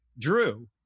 Drew